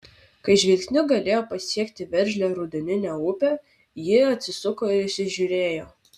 kai žvilgsniu galėjo pasiekti veržlią rudeninę upę ji atsisuko ir įsižiūrėjo